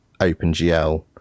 OpenGL